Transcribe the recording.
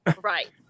right